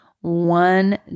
one